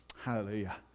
Hallelujah